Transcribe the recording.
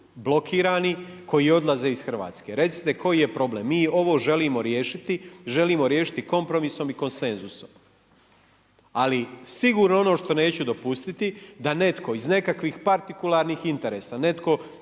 blokirani koji odlaze iz Hrvatske. Recite koji je problem. Mi ovo želimo riješiti, želimo riješiti kompromisom i konsenzusom. Ali sigurno ono što neću dopustiti da netko iz nekakvih partikularnih interesa, netko